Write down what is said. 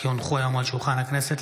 כי הונחו היום על שולחן הכנסת,